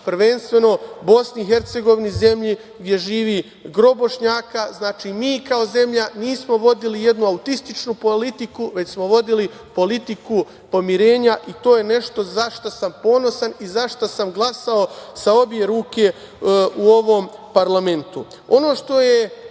prvenstveno BiH, zemlji gde živi gro Bošnjaka. Znači, mi kao zemlja nismo vodili jednu autističnu politiku, već smo vodili politiku pomirenja i to je nešto za šta sam ponosan i za šta sam glasao sa obe ruke u ovom parlamentu. Ono što je